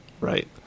Right